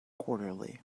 quarterly